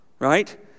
Right